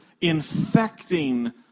infecting